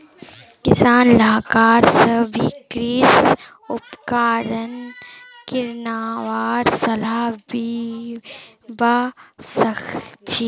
किसान सलाहकार स भी कृषि उपकरण किनवार सलाह लिबा सखछी